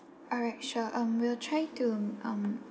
alright sure um we'll try to um